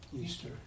Easter